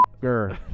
girl